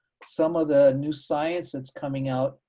some of the new science that's coming out,